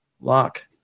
Lock